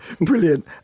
Brilliant